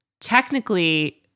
Technically